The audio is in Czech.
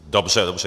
Dobře, dobře.